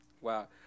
wow